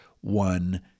one